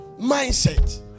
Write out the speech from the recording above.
Mindset